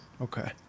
okay